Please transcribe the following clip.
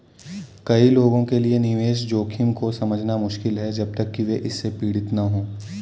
कई लोगों के लिए निवेश जोखिम को समझना मुश्किल है जब तक कि वे इससे पीड़ित न हों